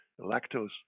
Lactose